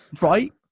right